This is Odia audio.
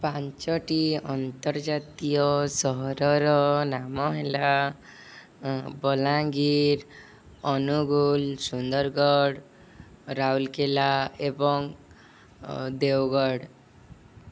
ପାଞ୍ଚଟି ଅନ୍ତର୍ଜାତୀୟ ସହରର ନାମ ହେଲା ବଲାଙ୍ଗୀର ଅନୁଗୁଳ ସୁନ୍ଦରଗଡ଼ ରାଉଲକେଲା ଏବଂ ଦେଓଗଡ଼